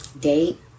date